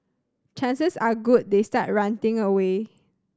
chances are good they start ranting away